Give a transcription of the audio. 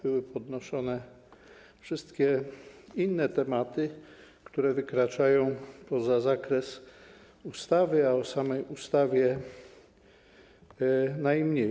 Były podnoszone wszystkie inne tematy, które wykraczają poza zakres ustawy, a o samej ustawie mówiono najmniej.